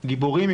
גיבורים,